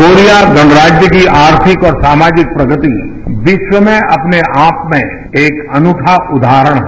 Korea गणराज्य की आर्थिक और सामाजिक प्रगति विश्व में अपने आप में एक अनूठा उदाहरण है